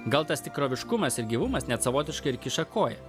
gal tas tikroviškumas ir gyvumas net savotiškai ir kiša koją